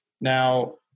Now